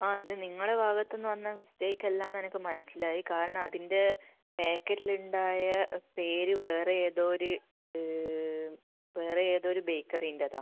ആ ഇത് നിങ്ങളുടെ ഭാഗത്തു നിന്ന് വന്ന മിസ്റ്റേക്ക് അല്ല എന്ന് എനിക്ക് മനസ്സിലായി കാരണം അതിൻ്റെ പാക്കറ്റിൽ ഉണ്ടായ പേര് വേറെ ഏതോ ഒരു വേറെ ഏതോ ഒരു ബേക്കറിൻ്റെതാണ്